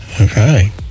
Okay